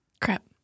Crap